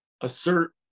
Assert